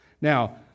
Now